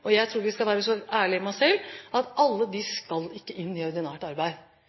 Jeg tror vi skal være så ærlige med oss selv – alle de skal ikke inn i ordinært arbeid.